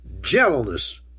gentleness